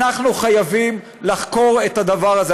אנחנו חייבים לחקור את הדבר הזה.